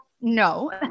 No